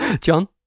John